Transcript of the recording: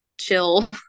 chill